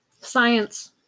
Science